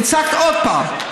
צעקת עוד פעם,